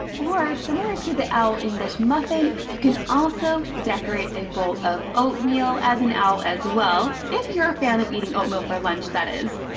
or, similar to the owl english muffin, you can also decorate a bowl of oatmeal, as an owl as well, if you're a fan of eating oatmeal for lunch, that is.